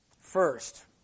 First